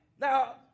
Now